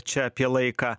čia apie laiką